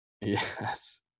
Yes